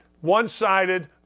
one-sided